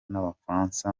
n’abafaransa